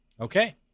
Okay